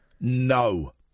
no